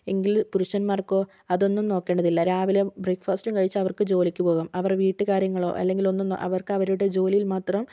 എങ്കിൽ പുരുഷന്മാർക്കോ അതൊന്നും നോക്കേണ്ടത് ഇല്ല രാവിലെ ബ്രേക്ക് ഫാസ്റ്റും കഴിച്ച് അവർക്ക് ജോലിക്ക് പോകാം അവർ വീട്ടുകാര്യങ്ങളോ അല്ലെങ്കിൽ ഒന്നും അവർക്ക് അവരുടെ ജോലിയിൽ മാത്രം